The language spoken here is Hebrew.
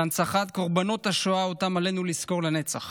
להנצחת קורבנות השואה, שאותם עלינו לזכור לנצח.